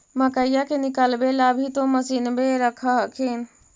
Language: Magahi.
मकईया के निकलबे ला भी तो मसिनबे रख हखिन?